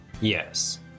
Yes